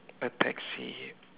a taxi